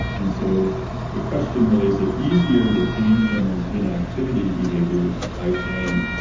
and so the question really, is it easier to change someone's inactivity behavior by saying,